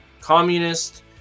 communist